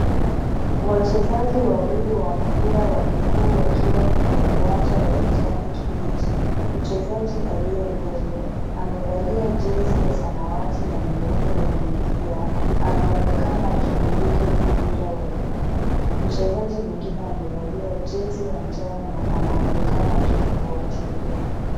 Wachezaji wawili wa mpira wa miguu, wakiwa kwenye uwanja wa kijani kibichi. Mchezaji aliye mbele, amevalia jezi ya samawati na nyeupe yenye milia. Anaoneka akimiliki mpira wa miguu. Mchezaji mwingine amevalia jezi ya njano na anaonekana akimfuatilia.